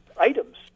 items